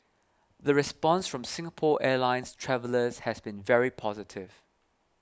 the response from Singapore Airlines travellers has been very positive